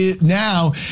now